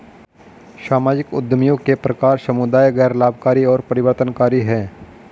सामाजिक उद्यमियों के प्रकार समुदाय, गैर लाभकारी और परिवर्तनकारी हैं